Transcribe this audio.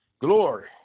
Glory